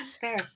Fair